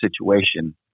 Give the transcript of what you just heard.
situation